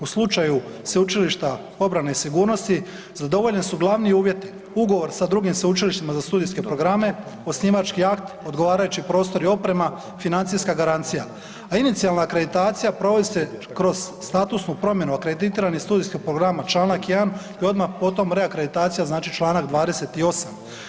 U slučaju Sveučilišta obrane i sigurnosti zadovoljeni su glavni uvjeti, ugovor sa drugim sveučilištima za studijske programe, osnivački akt, odgovarajući prostor i oprema, financijska garancija, a inicijalna akreditacija provodi se kroz statusnu promjenu akreditiranih studijskih programa Članak 1. i odmah potom reakreditacija znači Članak 28.